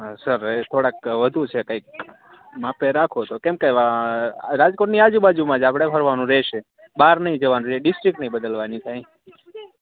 અ sir થોડાક શું છે કઈક કઈ રાખો કેમકે રાજકોટની આજુબાજુમાં જ આપડે ફરાવાનું રહેશે બર નઇ જવાનું થાય ડિસ્ટ્રિક નઇ બદલવાની થાય